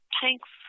thanks